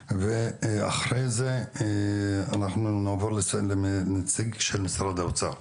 ואחר כך אנחנו נעבור לנציג של משרד האוצר.